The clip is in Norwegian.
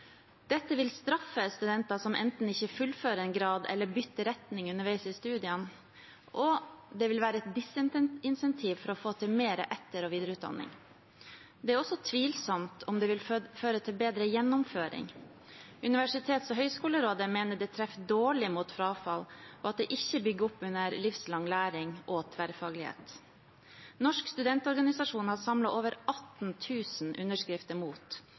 Dette vil straffe studenter som enten ikke fullfører en grad eller bytter retning underveis i studiene, og det vil være et «disincentiv» for å få til mer etter- og videreutdanning. Det er også tvilsomt om det vil føre til bedre gjennomføring. Universitets- og høgskolerådet mener det treffer dårlig med tanke på frafall, og at det ikke bygger opp under livslang læring og tverrfaglighet. Norsk studentorganisasjon har samlet over 18 000 underskrifter mot